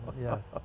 yes